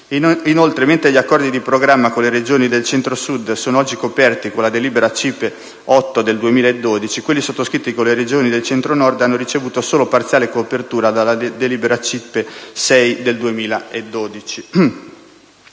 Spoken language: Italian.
Inoltre, mentre gli accordi di programma con le Regioni del Centro Sud sono oggi coperti con la delibera CIPE n. 8 del 2012, quelli sottoscritti con le Regioni del Centro-Nord hanno ricevuto sola parziale copertura dalla delibera CIPE n. 6 del 2012.